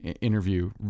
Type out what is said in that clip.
interview